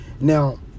Now